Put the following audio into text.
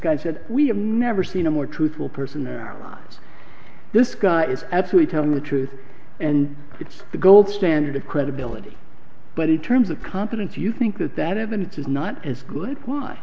guy said we have never seen a more truthful person now this guy is absolute telling the truth and it's the gold standard of credibility but in terms of competence you think that that evidence is not as good why